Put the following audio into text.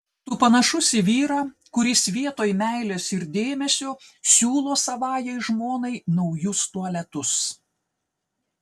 tu panašus į vyrą kuris vietoj meilės ir dėmesio siūlo savajai žmonai naujus tualetus